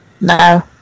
No